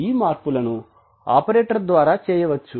ఈ మార్పులను ఆపరేటర్ ద్వారా చేయొచ్చు